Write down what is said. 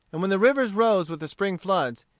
and when the rivers rose with the spring floods,